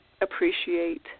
appreciate